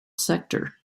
sector